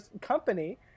company